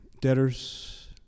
debtors